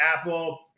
apple